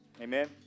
Amen